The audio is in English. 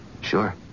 Sure